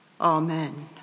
amen